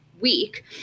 week